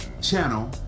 Channel